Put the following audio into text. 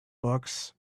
books